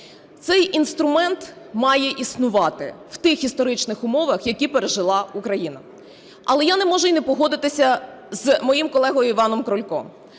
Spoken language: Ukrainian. Цей інструмент має існувати в тих історичних умовах, які пережила Україна. Але я не можу й не погодитися з моїм колегою Іваном Крульком.